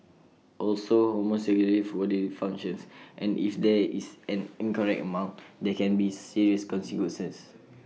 also hormones regulate bodily functions and if there is an incorrect amount there can be serious consequences